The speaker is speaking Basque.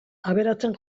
aberatsen